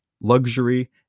luxury